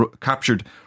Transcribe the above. captured